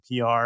PR